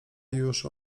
już